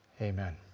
amen